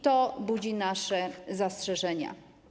To budzi nasze zastrzeżenia.